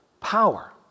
Power